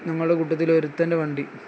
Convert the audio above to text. ഞങ്ങളുടെ കൂട്ടത്തിൽ ഒരുത്തൻ്റെ വണ്ടി